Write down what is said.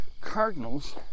Cardinals